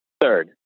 third